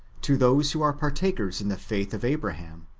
to those who are partakers in the faith of abraham,